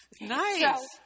Nice